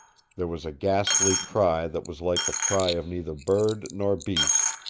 there was a ghastly cry that was like the cry of neither bird nor beast,